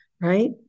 right